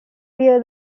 bear